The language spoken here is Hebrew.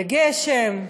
לגשם,